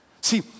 See